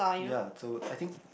ya so I think